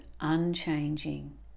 unchanging